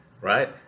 right